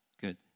Good